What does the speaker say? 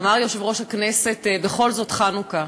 אמר יושב-ראש הכנסת: בכל זאת חנוכה,